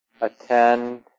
attend